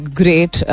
great